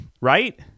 right